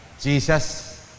Jesus